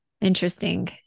Interesting